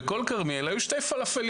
בכל כרמיאל היו שתי פלאפליות.